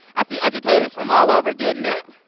i see educators from all over getting it.